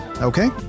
Okay